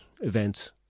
events